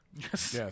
Yes